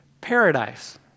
paradise